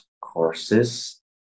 courses